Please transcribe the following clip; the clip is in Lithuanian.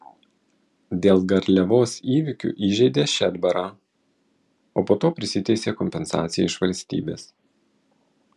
dėl garliavos įvykių įžeidė šedbarą o po to prisiteisė kompensaciją iš valstybės